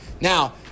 Now